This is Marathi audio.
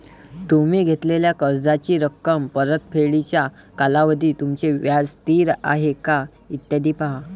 तुम्ही घेतलेल्या कर्जाची रक्कम, परतफेडीचा कालावधी, तुमचे व्याज स्थिर आहे का, इत्यादी पहा